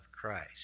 Christ